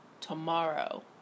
tomorrow